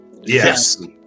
yes